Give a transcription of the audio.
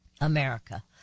America